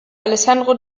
alessandro